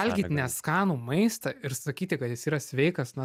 valgyt neskanų maistą ir sakyti kad jis yra sveikas na